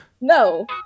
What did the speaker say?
No